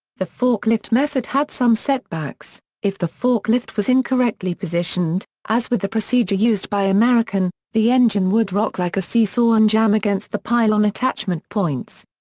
the forklift method had some setbacks if the forklift was incorrectly positioned, as with the procedure used by american, the engine would rock like a see-saw and jam against the pylon attachment points.